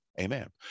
Amen